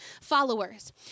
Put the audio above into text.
followers